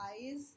eyes